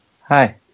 Hi